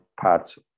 parts